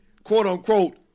quote-unquote